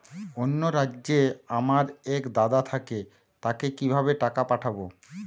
অন্য রাজ্যে আমার এক দাদা থাকে তাকে কিভাবে টাকা পাঠাবো?